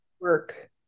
work